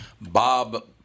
Bob